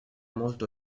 molto